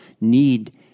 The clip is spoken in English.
need